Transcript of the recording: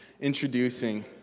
introducing